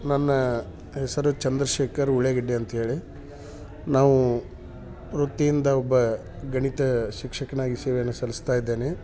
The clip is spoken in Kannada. ನನ್ನ ಹೆಸರು ಚಂದ್ರಶೇಖರ್ ಉಳೆಗೆಡ್ಡೆ ಅಂತೇಳಿ ನಾವು ವೃತ್ತಿಯಿಂದ ಒಬ್ಬ ಗಣಿತ ಶಿಕ್ಷಕನಾಗಿ ಸೇವೆಯನ್ನ ಸಲ್ಲಿಸ್ತಾ ಇದ್ದೇನೆ